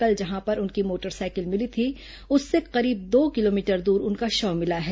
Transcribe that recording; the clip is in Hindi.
कल जहां पर उनकी मोटरसाइकिल मिली थी उससे करीब दो किलोमीटर दूर उनका शव मिला है